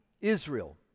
Israel